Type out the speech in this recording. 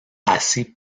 assez